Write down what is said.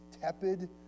tepid